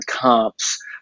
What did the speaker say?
comps